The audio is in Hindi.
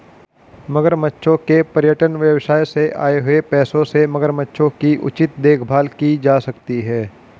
मगरमच्छों के पर्यटन व्यवसाय से आए हुए पैसों से मगरमच्छों की उचित देखभाल की जा सकती है